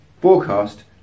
Forecast